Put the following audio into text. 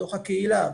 בתוך הקהילה,